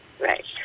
right